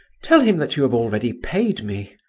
tell him that you have already paid me.